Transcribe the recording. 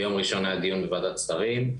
ביום ראשון היה דיון בוועדת שרים,